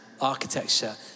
architecture